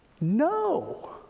No